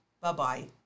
Bye-bye